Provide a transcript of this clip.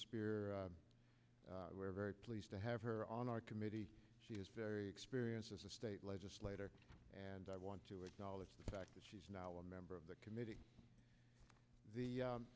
spear we're very pleased to have her on our committee she is very experienced as a state legislator and i want to acknowledge the fact that she's now a member of the committee the